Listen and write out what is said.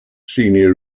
senior